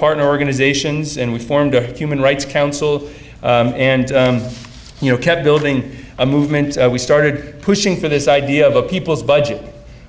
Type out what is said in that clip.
partner organizations and we formed a human rights council and you know kept building a movement we started pushing for this idea of a people's budget